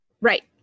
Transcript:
Right